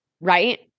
right